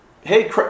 hey